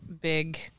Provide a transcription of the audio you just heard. big